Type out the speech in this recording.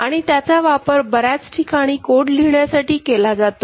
आणि त्याचा वापर बऱ्याच ठिकाणी कोड लिहिण्यासाठी केला जातो